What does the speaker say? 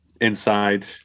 inside